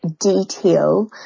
detail